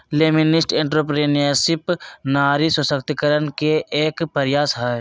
feminist entrepreneurship नारी सशक्तिकरण के एक प्रयास हई